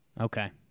Okay